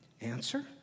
Answer